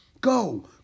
Go